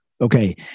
Okay